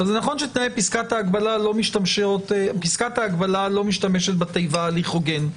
זה נכון שתנאי פסקת ההגבלה לא משתמשת בתיבה "הליך הוגן",